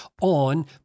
on